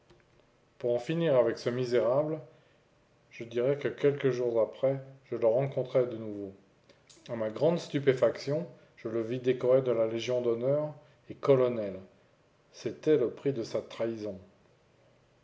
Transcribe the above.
pour en finir avec ce misérable je dirai que quelques jours après je le rencontrai de nouveau à ma grande stupéfaction je le vis décoré de la légion d'honneur et colonel c'était le prix de sa trahison